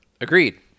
Agreed